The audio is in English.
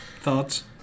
Thoughts